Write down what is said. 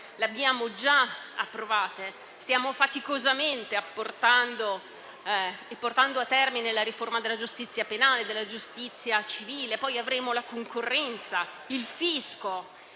le abbiamo già approvate. Stiamo faticosamente portando a termine la riforma della giustizia penale e della giustizia civile; poi avremo quella della concorrenza e del fisco.